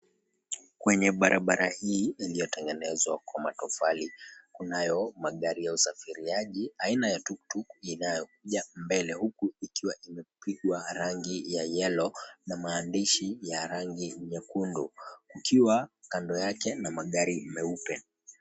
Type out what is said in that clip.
Kwenye barabara hii iliyotengenezwa kwa matofali, kunayo magari ya usafiriaji aina ya tuktuk inayokuja mbele, huku ikiwa imepigwa rangi ya yellow na maandishi ya rangi nyekundu. Kukiwa kando yake na magari meupe.